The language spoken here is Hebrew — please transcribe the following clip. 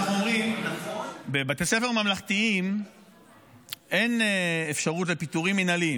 אנחנו אומרים שבבתי ספר ממלכתיים אין אפשרות לפיטורים מינהליים.